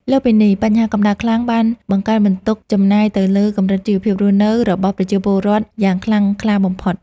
លើសពីនេះ បញ្ហាកម្ដៅខ្លាំងបានបង្កើនបន្ទុកចំណាយទៅលើកម្រិតជីវភាពរស់នៅរបស់ប្រជាពលរដ្ឋយ៉ាងខ្លាំងក្លាបំផុត។